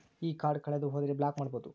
ಈ ಕಾರ್ಡ್ ಕಳೆದು ಹೋದರೆ ಬ್ಲಾಕ್ ಮಾಡಬಹುದು?